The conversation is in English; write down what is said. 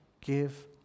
give